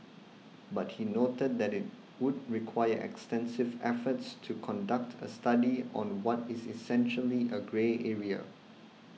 but he noted that it would require extensive efforts to conduct a study on what is essentially a grey area